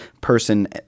person